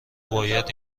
باید